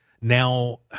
now